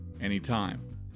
anytime